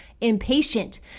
impatient